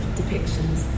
depictions